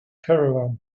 caravan